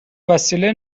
وسیله